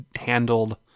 handled